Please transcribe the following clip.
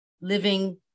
living